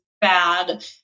bad